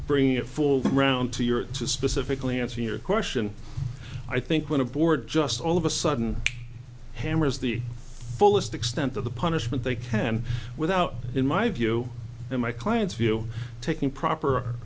bring it full around to your to specifically answer your question i think when a board just all of a sudden hammers the fullest extent of the punishment they can without in my view in my client's view taking proper